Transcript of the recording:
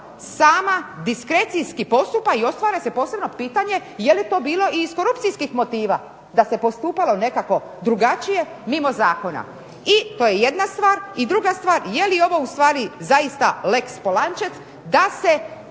sama diskrecijski postupa i otvara se posebno pitanje je li to bilo i iz korupcijskih motiva da se postupalo nekako drugačije, mimo zakona? To je jedna stvar. I druga stvar, je li ovo ustvari zaista lex Polančec, da se